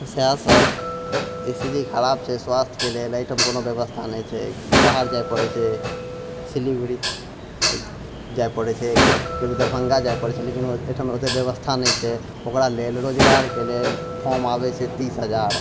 तऽ सएह सभ स्थिति खराब छै स्वास्थके लेल एहिठाम कोनो व्यवस्था नहि छै बाहर जै पड़ै छै सिलीगुड़ी जाइ पड़ै छै कभ कभी दरभङ्गा जाइ पड़ै छै लेकिन एहिठाम ओते व्यवस्था नहि छै ओकरा लेल रोजगारके लेल फॉर्म आबै छै तीस हजार